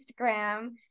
Instagram